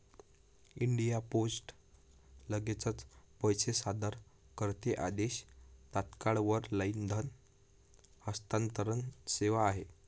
India Post लगेचच पैसे सादर करते आदेश, तात्काळ वर लाईन धन हस्तांतरण सेवा आहे